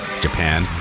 Japan